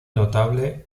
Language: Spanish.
notable